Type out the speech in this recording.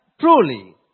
truly